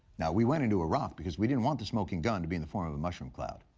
now we went into iraq because we didn't want the smoking gun to be in the form of a mushroom cloud.